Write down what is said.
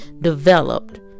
developed